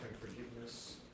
forgiveness